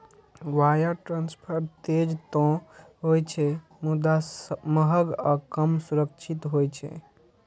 wire transfer तेज तं होइ छै, मुदा महग आ कम सुरक्षित होइ छै